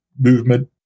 movement